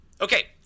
Okay